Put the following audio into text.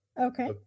Okay